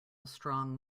strong